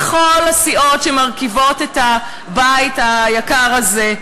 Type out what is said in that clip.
לכל הסיעות שמרכיבות את הבית היקר הזה.